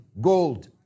gold